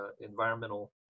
environmental